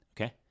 Okay